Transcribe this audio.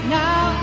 now